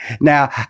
Now